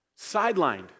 sidelined